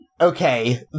Okay